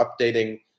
updating